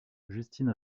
justine